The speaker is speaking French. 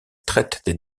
traite